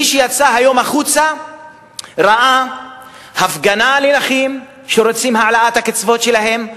מי שיצא היום החוצה ראה הפגנה של נכים שרוצים העלאת הקצבאות שלהם,